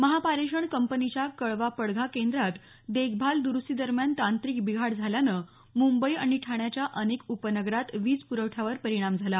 महापारेषण कंपनीच्या कळवा पडघा केंद्रात देखभाल दुरुस्तीदरम्यान तांत्रिक बिघाड झाल्याने मुंबई आणि ठाण्याच्या अनेक उपनगरात वीज प्रवठ्यावर परिणाम झाला